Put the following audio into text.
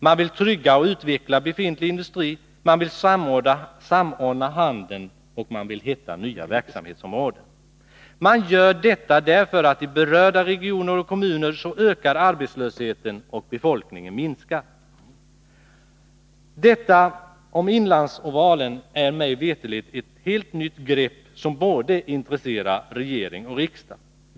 Man vill trygga och utveckla befintlig industri, samordna handeln och finna nya verksamhetsområden. Man gör detta därför att arbetslösheten ökar och befolkningen minskar i berörda regioner. Detta med inlandsovalen är mig veterligen ett helt nytt grepp som borde intressera regering och riksdag.